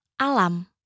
Alam